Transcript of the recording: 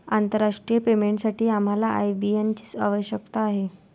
आंतरराष्ट्रीय पेमेंटसाठी आम्हाला आय.बी.एन ची आवश्यकता आहे